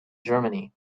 germany